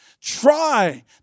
Try